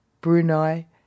Brunei